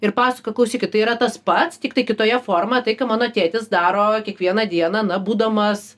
ir pasakojo klausykit tai yra tas pats tiktai kitoje forma tai ką mano tėtis daro kiekvieną dieną na būdamas